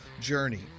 journey